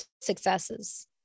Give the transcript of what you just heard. successes